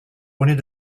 bonnets